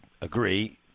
agree